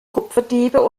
kupferdiebe